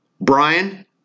Brian